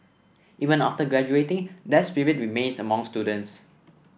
even after graduating that spirit remains among students